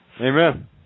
Amen